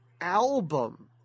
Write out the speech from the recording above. album